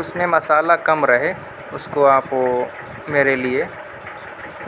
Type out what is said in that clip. اُس میں مسالحہ کم رہے اُس کو آپ میرے لئے